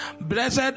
blessed